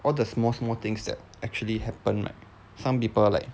all the small small things that actually happen like some people like